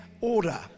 order